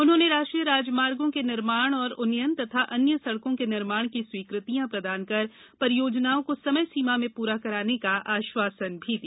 उन्होंने राष्ट्रीय राजमार्गो के निर्माण एवं उन्नयन तथा अन्य सड़कों के निर्माण की स्वीकृतियाँ प्रदान कर परियोजनाओं को समय सीमा में पूरा कराने का आश्वासन दिया